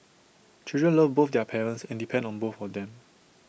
children love both their parents and depend on both of them